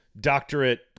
doctorate